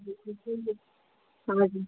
हजुर